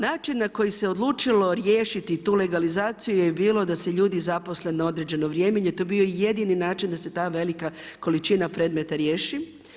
Način na koji se odlučilo riješiti tu legalizaciju je bilo da se ljudi zaposle na određeno vrijeme jer je to bio jedini način da se ta velika količina predmeta riješi.